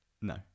no